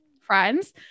friends